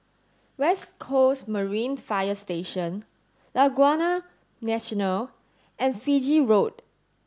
west Coast Marine Fire Station Laguna National and Fiji Road